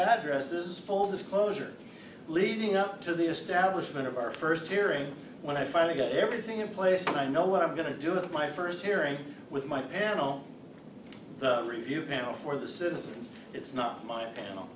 address is full disclosure leading up to the establishment of our first hearing when i finally get everything in place and i know what i'm going to do with my first hearing with my panel review panel for the citizens it's not my panel